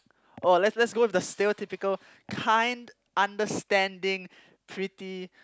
oh let's let's go with the stereotypical kind understanding pretty